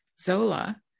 Zola